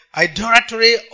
idolatry